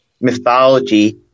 mythology